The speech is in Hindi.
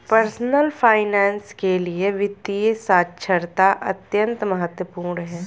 पर्सनल फाइनैन्स के लिए वित्तीय साक्षरता अत्यंत महत्वपूर्ण है